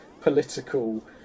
political